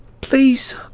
Please